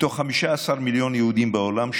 מתוך 15 מיליון יהודים בעולם,